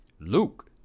Luke